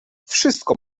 wszystko